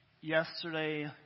yesterday